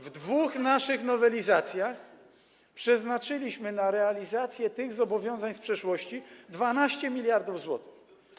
W dwóch naszych nowelizacjach przeznaczyliśmy na realizację tych zobowiązań z przeszłości 12 mld zł.